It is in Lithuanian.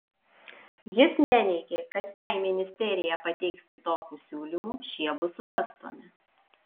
jis neneigė kad jei ministerija pateiks kitokių siūlymų šie bus svarstomi